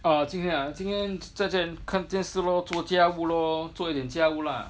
啊今天啊今天在家里看电视咯做家务咯做一点家务啦